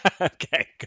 Okay